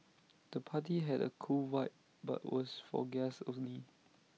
the party had A cool vibe but was for guests only